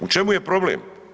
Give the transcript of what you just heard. U čemu je problem?